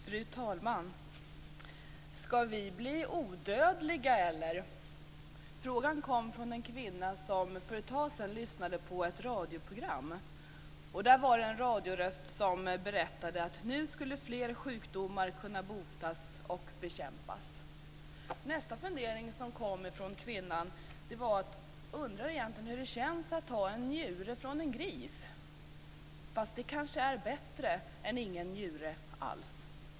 Fru talman! Ska vi bli odödliga, eller? Frågan kom från en kvinna som för ett tag sedan lyssnade på ett radioprogram. En radioröst berättade att fler sjukdomar nu skulle kunna botas och bekämpas. Nästa fundering som kom från kvinnan var: Undrar hur det känns att ha en njure från en gris. Det kanske är bättre än ingen njure alls.